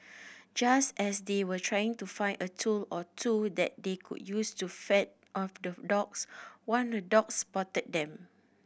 just as they were trying to find a tool or two that they could use to fend off the dogs one of the dogs spotted them